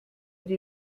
die